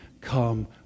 come